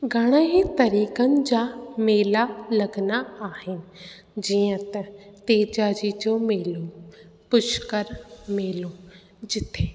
घणेई तरीक़नि जा मेला लॻंदा आहिनि जीअं त तेजा जी जो मेलो पुष्कर मेलो जिथे